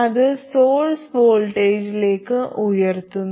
അത് സോഴ്സ് വോൾട്ടേജിലേക്ക് ഉയർത്തുന്നു